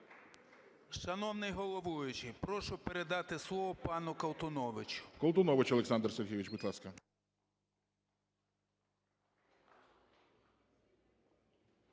Шановний головуючий, прошу передати слово пану Колтуновичу.